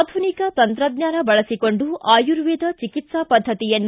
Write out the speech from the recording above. ಆಧುನಿಕ ತಂತ್ರಜ್ಞಾನ ಬಳಸಿಕೊಂಡು ಆಯುರ್ವೇದ ಚಿಕಿತ್ಸಾ ಪದ್ದತಿಯನ್ನು